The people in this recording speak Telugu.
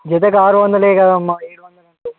జతకి ఆరు వందలు కదమ్మా ఏడు వందలు అంటావు